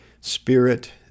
Spirit